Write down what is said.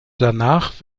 danach